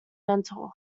mentor